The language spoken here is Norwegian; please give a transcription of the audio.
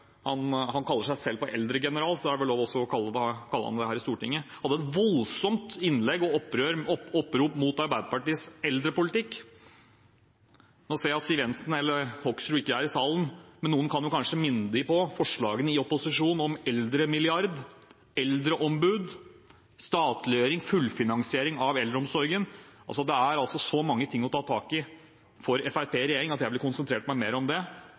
han kaller seg eldregeneral selv, så da er det vel også lov til å kalle ham det her i Stortinget – hadde et voldsomt innlegg og opprop mot Arbeiderpartiets eldrepolitikk. Nå ser jeg at Siv Jensen og Hoksrud ikke er i salen, men noen kan kanskje minne dem på forslagene i opposisjon om eldremilliard, eldreombud, statliggjøring, fullfinansiering av eldreomsorgen – det er altså så mange ting å ta tak i for Fremskrittspartiet i regjering at jeg ville konsentrert meg mer om det